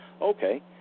okay